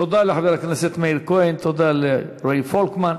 תודה לחבר הכנסת מאיר כהן, תודה לרועי פולקמן.